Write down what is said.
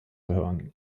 hören